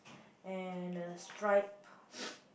and a striped